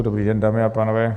Dobrý den, dámy a pánové.